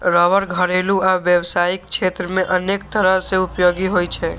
रबड़ घरेलू आ व्यावसायिक क्षेत्र मे अनेक तरह सं उपयोगी होइ छै